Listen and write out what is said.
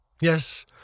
Yes